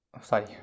sorry